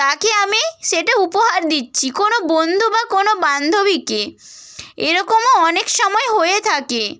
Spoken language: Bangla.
তাকে আমি সেটা উপহার দিচ্ছি কোনো বন্ধু বা কোনো বান্ধবীকে এরকমও অনেক সময় হয়ে থাকে